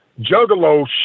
Juggalo